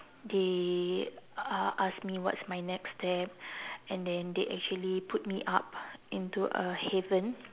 they uh ask me what's my next step and then they actually put me up into a haven